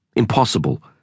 impossible